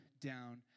down